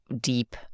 deep